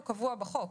הוא קבוע בחוק.